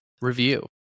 review